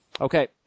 Okay